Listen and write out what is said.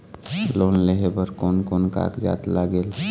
Loan लेहे बर कोन कोन कागजात लागेल?